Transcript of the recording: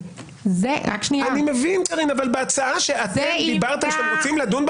--- אני מבין אבל בהצעה שאתם דיברתם שאתם רוצים לדון בה